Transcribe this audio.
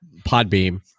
Podbeam